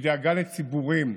ודאגה לציבורים.